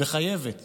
וחייבת